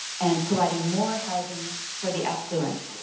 and providing more housing for the affluent.